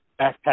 backpack